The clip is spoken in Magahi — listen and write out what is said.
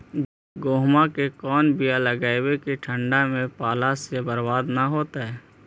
गेहूं के कोन बियाह लगइयै कि ठंडा में पाला से बरबाद न होतै?